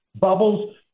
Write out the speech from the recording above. bubbles